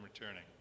returning